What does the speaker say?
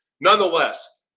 Nonetheless